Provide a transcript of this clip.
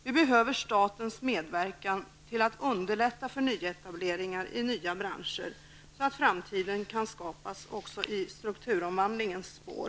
Vi behöver statens medverkan för att underlätta för nyetableringar i nya branscher. Då kan det bli en framtid också i strukturomvandlingens spår.